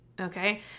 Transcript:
Okay